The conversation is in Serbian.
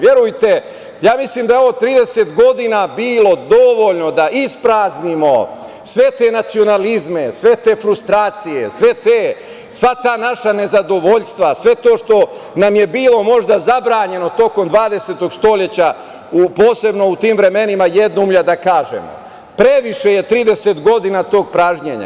Verujem, ja mislim da je 30 godina bilo dovoljno da ispraznimo sve te nacionalizme, sve te frustracije, sva ta naša nezadovoljstva, svo to što nam je bilo možda zabranjeno tokom 20. veka, posebno u tim vremenima jednoumlja da kažemo, previše je 30 godina tog pražnjenja.